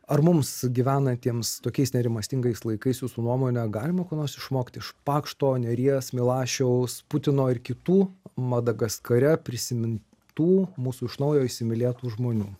ar mums gyvenantiems tokiais nerimastingais laikais jūsų nuomone galima ko nors išmokti iš pakšto neries milašiaus putino ir kitų madagaskare prisimintų mūsų iš naujo įsimylėtų žmonių